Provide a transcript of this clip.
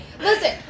listen